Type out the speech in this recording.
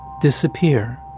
disappear